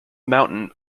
mountain